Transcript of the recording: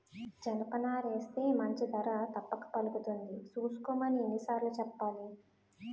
జనపనారేస్తే మంచి ధర తప్పక పలుకుతుంది సూసుకోమని ఎన్ని సార్లు సెప్పాలి?